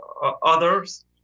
others